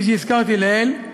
כפי שהזכרתי לעיל,